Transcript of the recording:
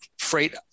freight